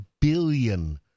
billion